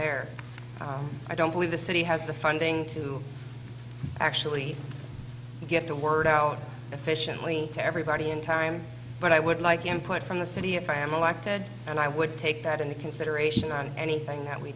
there i don't believe the city has the funding to actually get the word out efficiently to everybody in time but i would like input from the city if i am a like ted and i would take that into consideration on anything that we